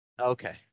Okay